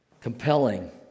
compelling